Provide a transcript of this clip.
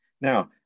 Now